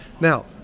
Now